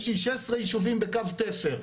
יש לי 16 ישובים בקו תפר,